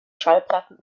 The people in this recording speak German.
schallplatten